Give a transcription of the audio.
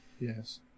Yes